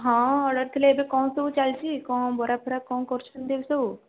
ହଁ ଅର୍ଡ଼ର୍ ଥିଲା ଏବେ କ'ଣ ସବୁ ଚାଲିଛି କ'ଣ ବରା ଫରା କ'ଣ କରୁଛନ୍ତି ଏବେ ସବୁ